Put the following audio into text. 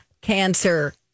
cancer